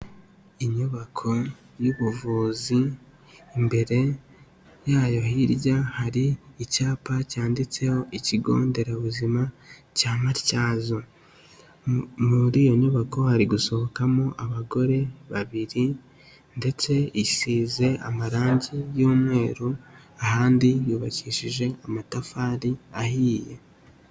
Inyubako y'ubuvuzi imbere yayo hirya hari icyapa cyanditseho Ikigo nderabuzima cya Matyazo, muri iyo nyubako hari gusohokamo abagore babiri ndetse isize amarangi y'umweru ahandi yubakishije amatafari ahiye.